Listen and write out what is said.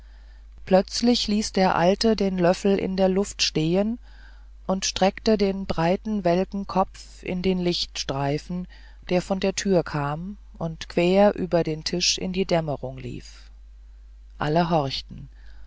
plötzlich ließ der alte den löffel in der luft stehen und streckte den breiten welken kopf in den lichtstreifen der von der tür kam und quer über den tisch in die dämmerung lief alle horchten